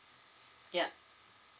yup